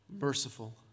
merciful